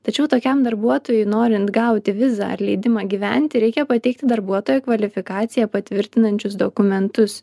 tačiau tokiam darbuotojui norint gauti vizą ar leidimą gyventi reikia pateikti darbuotojo kvalifikaciją patvirtinančius dokumentus